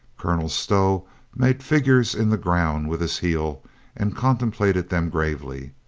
colonel stow made figures in the ground with his heel and contemplated them gravely.